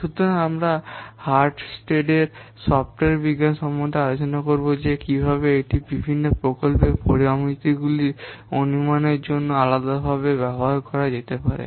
সুতরাং আজ আমরা হালস্টেডের সফটওয়্যার বিজ্ঞান সম্পর্কে আলোচনা করব যে কীভাবে এটি বিভিন্ন প্রকল্পের পরামিতিগুলির অনুমানের জন্য আলাদাভাবে ব্যবহার করা যেতে পারে